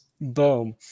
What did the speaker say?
Boom